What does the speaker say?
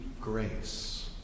grace